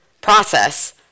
process